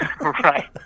Right